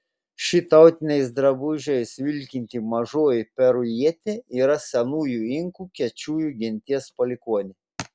ši tautiniais drabužiais vilkinti mažoji perujietė yra senųjų inkų kečujų genties palikuonė